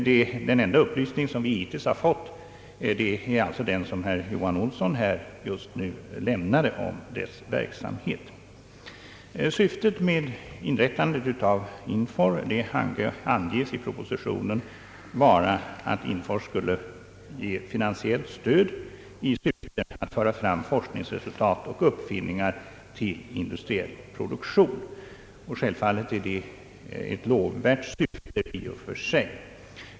Den enda upplysning som vi hittills har fått är den som herr Johan Olsson nyss lämnade om verksamheten. Syftet med inrättandet av INFOR anges i propositionen vara, att INFOR skall ge finansiellt stöd i avsikt att föra fram forskningsresultat och uppfinningar till industriell produktion. Självfallet är syftet lovvärt i och för sig.